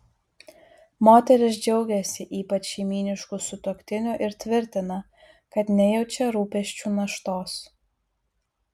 moteris džiaugiasi ypač šeimynišku sutuoktiniu ir tvirtina kad nejaučia rūpesčių naštos